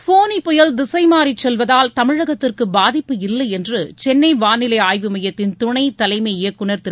ஃபோனி புயல் திசை மாறி செல்வதால் தமிழகத்திற்கு பாதிப்பு இல்லை என்று சென்னை வானிலை ஆய்வு மையத்தின் துணைத் தலைமை இயக்குநர் திரு